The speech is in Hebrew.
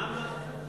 למה?